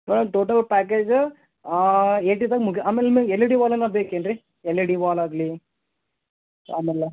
madam total package eighty ತಕ್ ಮುಗಿ ಆಮೇಲೆ ಆಮೇಲೆ ಎಲ್ ಇ ಡಿ ವಾಲೇನ ಬೇಕೇನು ರೀ ಎಲ್ ಇ ಡಿ ವಾಲ್ ಆಗಲಿ ಆಮೇಲೆ